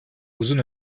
uzun